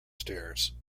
stairs